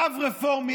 רב רפורמי,